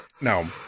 No